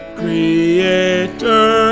creator